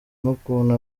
n’ukuntu